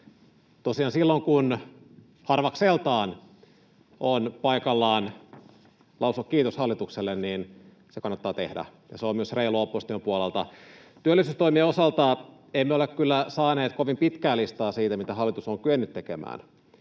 silloin kun — harvakseltaan — on paikallaan lausua kiitos hallitukselle, niin se kannattaa tehdä, ja se on myös reilua opposition puolelta. Työllisyystoimien osalta emme ole kyllä saaneet kovin pitkää listaa siitä, mitä hallitus on kyennyt tekemään,